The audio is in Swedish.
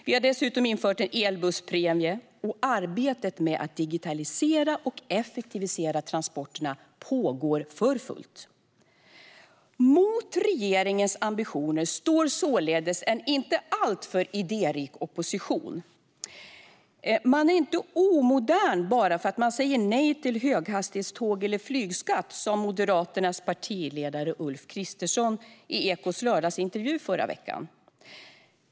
Vi har dessutom infört en elbusspremie, och arbetet med att digitalisera och effektivisera transporterna pågår för fullt. Mot regeringens ambitioner står således en inte alltför idérik opposition. Man är inte omodern bara för att man säger nej till höghastighetståg eller flygskatt, sa Moderaternas partiledare Ulf Kristersson i Ekots lör dagsintervju förra veckan.